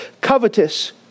covetous